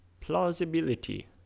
plausibility